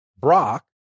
Brock